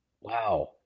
Wow